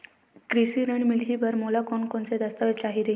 कृषि ऋण मिलही बर मोला कोन कोन स दस्तावेज चाही रही?